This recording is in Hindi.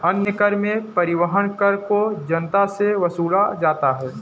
अन्य कर में परिवहन कर को जनता से वसूला जाता है